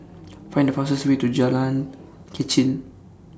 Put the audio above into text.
Find The fastest Way to Jalan Kechil